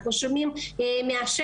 אנחנו שומעים מהשטח.